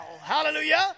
Hallelujah